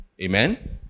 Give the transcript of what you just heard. Amen